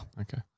Okay